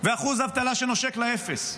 ואחוז אבטלה שנושק לאפס.